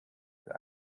für